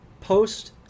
post